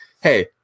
hey